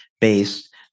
based